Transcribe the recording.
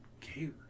care